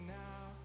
now